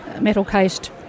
metal-cased